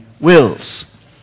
wills